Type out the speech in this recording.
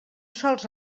sols